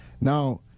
now